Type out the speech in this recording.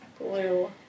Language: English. Blue